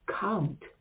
count